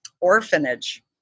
orphanage